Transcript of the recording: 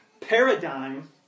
paradigm